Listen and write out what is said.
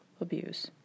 abuse